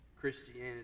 Christianity